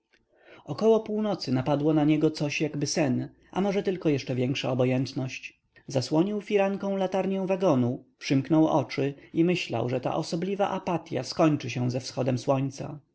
około północy napadło na niego coś jakby sen a może tylko jeszcze większa obojętność zasłonił firanką latarnią wagonu przymknął oczy i myślał że ta osobliwa apatya skończy się ze wschodem słońca